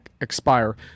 expire